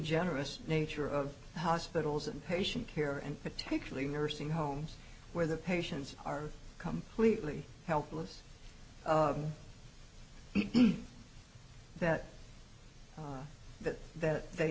generous nature of hospitals and patient care and potentially nursing homes where the patients are completely helpless eat that that that they